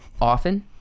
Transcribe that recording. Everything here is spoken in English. Often